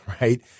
right